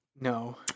No